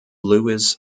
luis